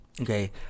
Okay